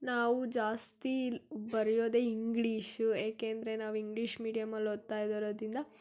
ನಾವು ಜಾಸ್ತಿ ಬರೆಯೋದೇ ಇಂಗ್ಳೀಶು ಏಕೆ ಅಂದರೆ ನಾವು ಇಂಗ್ಲೀಷ್ ಮೀಡ್ಯಮಲ್ಲಿ ಓದ್ತಾ ಇರೋದರಿಂದ